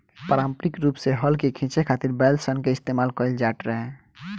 पारम्परिक रूप से हल के खीचे खातिर बैल सन के इस्तेमाल कईल जाट रहे